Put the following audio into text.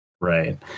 Right